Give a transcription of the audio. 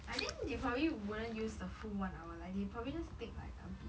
I think they probably wouldn't use the full one hour like they probably just take like a bit